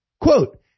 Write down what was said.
Quote